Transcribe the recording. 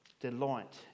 Delight